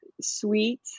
sweet